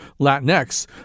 Latinx